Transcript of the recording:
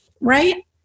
right